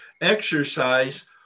exercise